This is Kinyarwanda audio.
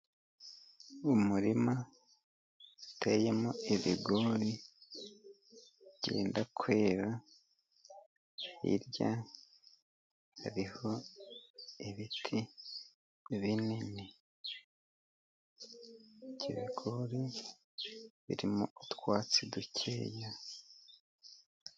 Umurima uteyemo ibigori byenda kwera. Hirya hariho ibiti binini by'ibikori birimo utwatsi dukeya.